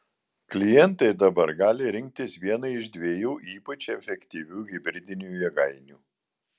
klientai dabar gali rinktis vieną iš dviejų ypač efektyvių hibridinių jėgainių